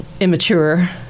immature